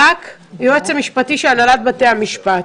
ברק, היועץ המשפטי של הנהלת בתי המשפט.